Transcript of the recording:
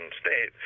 state